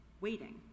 Waiting